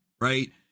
right